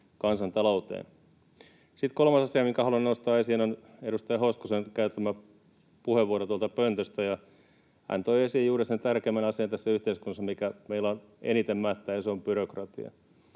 kansantalouteen. Sitten kolmas asia, minkä haluan nostaa esiin, on edustaja Hoskosen tuolta pöntöstä käyttämä puheenvuoro. Hän toi esiin juuri sen tärkeimmän asian tässä yhteiskunnassa, mikä meillä eniten mättää, ja se on byrokratia.